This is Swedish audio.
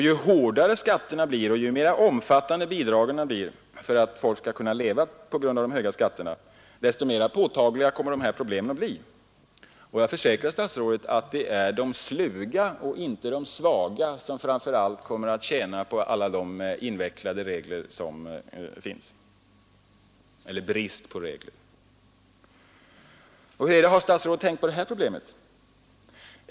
Ju hårdare skatterna blir och ju mera omfattande bidragen blir — för att folk skall kunna leva på grund av de höga skatterna — desto mera påtagliga kommer dessa problem att bli. Jag försäkrar statsrådet att det är de sluga och inte de svaga som framför allt kommer att tjäna på de invecklade regler — eller den brist på regler — som finns. Och har statsrådet tänkt på det här problemet?